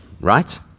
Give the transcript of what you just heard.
right